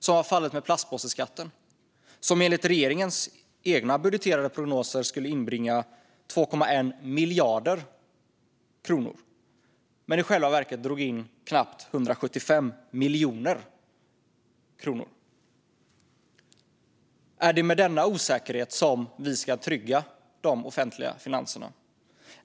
Det var fallet med plastpåseskatten, som enligt regeringens budgeterade prognoser skulle inbringa 2,1 miljarder kronor men som i själva verket drog in knappt 175 miljoner kronor. Är det med denna osäkerhet vi ska trygga de offentliga finanserna?